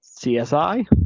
CSI